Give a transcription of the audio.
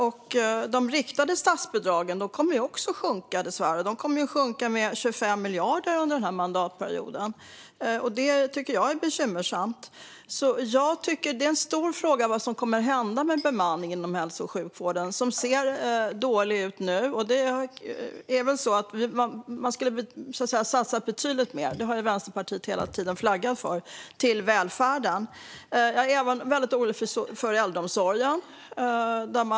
Även de riktade statsbidragen kommer att sjunka, dessvärre, och det med 25 miljarder under den här mandatperioden. Det tycker jag är bekymmersamt. Det är en stor fråga vad som kommer att hända med bemanningen inom hälso och sjukvården. Den ser dålig ut nu. Man hade velat att det satsades betydligt mer på välfärden, och det har Vänsterpartiet hela tiden flaggat för. Jag är även väldigt orolig för äldreomsorgen.